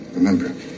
Remember